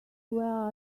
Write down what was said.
where